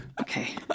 Okay